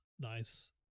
nice